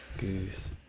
goose